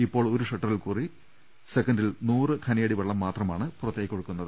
ഇപ്പോൾ ഒരു ഷട്ടറിൽ കൂടി സെക്കന്റിൽ നൂറ് ഘനഅടി വെളളം മാത്രമാണ് പുറത്തേക്ക് ഒഴുക്കുന്നത്